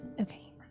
Okay